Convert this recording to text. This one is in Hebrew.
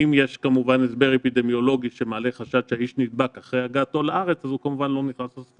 אם יש כמובן הסבר אפידמיולוגי שמעלה חשד שהאיש נדבק לאחר הגעתו לארץ,